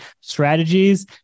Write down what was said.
strategies